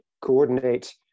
coordinate